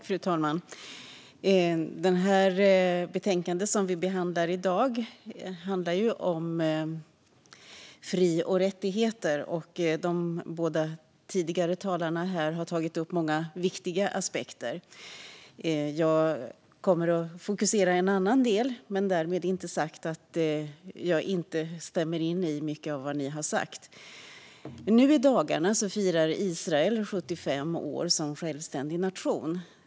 Fru talman! Det betänkande som vi behandlar i dag handlar om fri och rättigheter, och de båda föregående talarna har tagit upp många viktiga aspekter. Jag kommer att fokusera på en annan del; därmed inte sagt att jag inte stämmer in i mycket av vad ni har sagt. Nu i dagarna firar Israel 75 år som självständig nation.